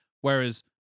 Whereas